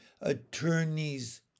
attorneys